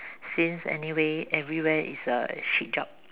since anyway everywhere is a shit job